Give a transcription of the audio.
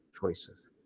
choices